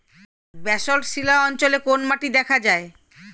Basalt শিলা অঞ্চলে কোন মাটি দেখা যায়?